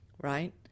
right